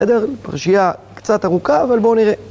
בסדר? פרשייה קצת ארוכה, אבל בואו נראה.